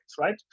right